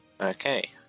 Okay